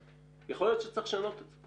יכול להיות שצריך לשנות את זה.